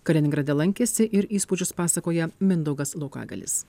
kaliningrade lankėsi ir įspūdžius pasakoja mindaugas laukagalis